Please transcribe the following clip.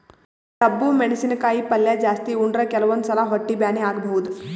ಡಬ್ಬು ಮೆಣಸಿನಕಾಯಿ ಪಲ್ಯ ಜಾಸ್ತಿ ಉಂಡ್ರ ಕೆಲವಂದ್ ಸಲಾ ಹೊಟ್ಟಿ ಬ್ಯಾನಿ ಆಗಬಹುದ್